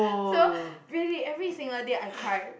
so really every single day I cried